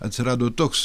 atsirado toks